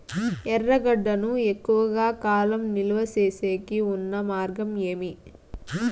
ఎర్రగడ్డ ను ఎక్కువగా కాలం నిలువ సేసేకి ఉన్న మార్గం ఏమి?